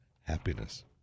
happiness